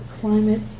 climate